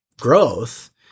growth